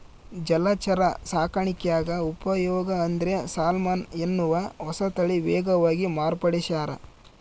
ಜಲಚರ ಸಾಕಾಣಿಕ್ಯಾಗ ಉಪಯೋಗ ಅಂದ್ರೆ ಸಾಲ್ಮನ್ ಎನ್ನುವ ಹೊಸತಳಿ ವೇಗವಾಗಿ ಮಾರ್ಪಡಿಸ್ಯಾರ